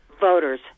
voters